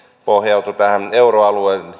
pohjautui tähän euroalueen